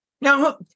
Now